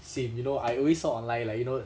same you know I always saw online like you know